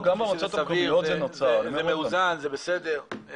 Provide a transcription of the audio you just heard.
אנחנו חושבים שזה סביר, שזה מאוזן, זה בסדר.